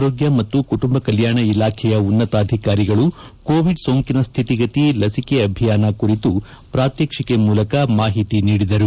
ಆರೋಗ್ಯ ಮತ್ತು ಕುಟುಂಬ ಕಲ್ಯಾಣ ಇಲಾಖೆಯ ಉನ್ನತಾಧಿಕಾರಿಗಳು ಕೋವಿಡ್ ಸೋಂಕಿನ ಸ್ದಿತಿಗತಿ ಲಸಿಕೆ ಅಭಿಯಾನ ಕುರಿತು ಪ್ರಾತ್ಯಕ್ಷಿಕೆ ಮೂಲಕ ಮಾಹಿತಿ ನೀಡಿದರು